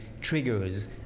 triggers